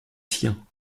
siens